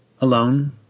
Alone